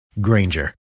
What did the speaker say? Granger